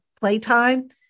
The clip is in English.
playtime